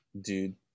dude